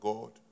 God